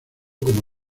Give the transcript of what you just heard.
como